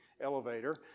elevator